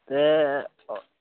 ते